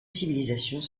civilisations